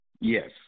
Yes